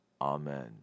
Amen